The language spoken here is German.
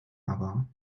aber